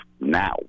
now